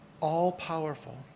all-powerful